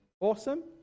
Awesome